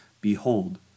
Behold